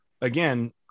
again